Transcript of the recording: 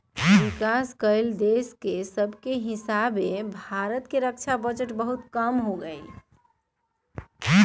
विकास कएल देश सभके हीसाबे भारत के रक्षा बजट बहुते कम हइ